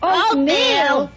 Oatmeal